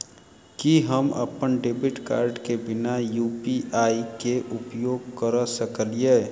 की हम अप्पन debit card केँ बिना यु.पी.आई केँ उपयोग करऽ सकलिये?